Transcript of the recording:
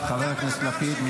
שוויון?